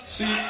See